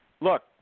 Look